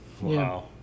Wow